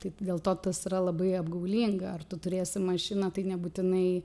taip dėl to tas yra labai apgaulinga ar tu turėsi mašiną tai nebūtinai